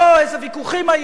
איזה ויכוחים היו,